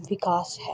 ਵਿਕਾਸ ਹੈ